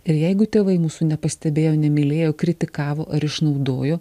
ir jeigu tėvai mūsų nepastebėjo nemylėjo kritikavo ar išnaudojo